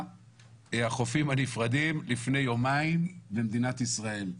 החופים הנפרדים לפי יומיים במדינת ישראל.